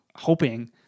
hoping